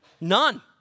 none